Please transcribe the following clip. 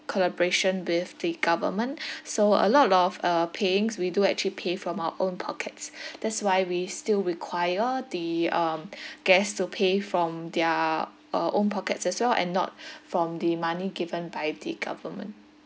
collaboration with the government so a lot of uh payings we do actually pay from our own pockets that's why we still require the um guests to pay from their uh own pockets as well and not from the money given by the government